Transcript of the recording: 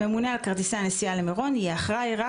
הממונה על כרטיסי הנסיעה למירון יהיה אחראי רק